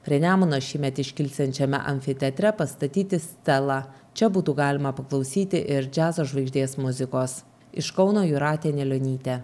prie nemuno šįmet iškilsiančiame amfiteatre pastatyti stelą čia būtų galima paklausyti ir džiazo žvaigždės muzikos iš kauno jūratė anilionytė